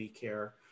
care